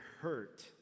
hurt